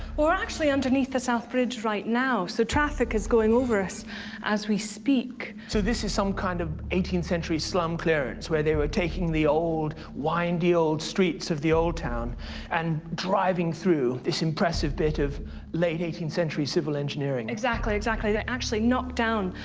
we're actually underneath the south bridge right now, so traffic is going over us as we speak. so this is some kind of eighteenth century slum clearance, where they were taking the old windy old streets of the old town and driving through this impressive bit of late eighteenth century civil engineering. exactly, exactly. they actually knocked down,